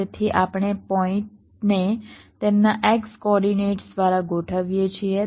તેથી આપણે પોઈન્ટને તેમના x કોઓર્ડિનેટ્સ દ્વારા ગોઠવીએ છીએ